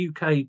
UK